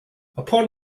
upon